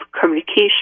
communication